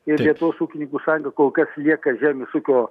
ir lietuvos ūkininkų sąjunga kol kas lieka žemės ūkio